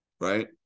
right